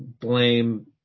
blame